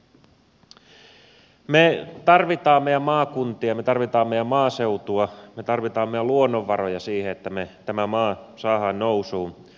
me tarvitsemme meidän maakuntia me tarvitsemme meidän maaseutua me tarvitsemme meidän luonnonvaroja siihen että tämä maa saadaan nousuun